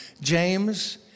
James